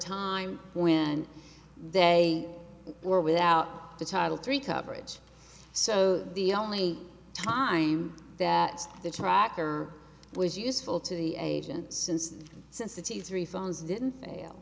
time when they were without the title three coverage so the only time that the tracker was useful to the agent since the since the two three phones didn't fail